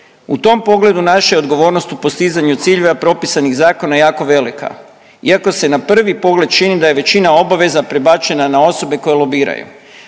U tom pogledu naša je odgovornost u postizanju ciljeva propisanih zakona jako velika. Iako se na prvi pogled čini da je većina obaveza prebačena na osobe koje lobiraju.